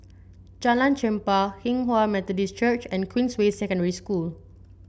Jalan Chempah Hinghwa Methodist Church and Queensway Secondary School